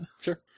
Sure